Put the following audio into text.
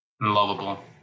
lovable